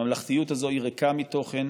הממלכתיות הזאת היא ריקה מתוכן